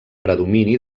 predomini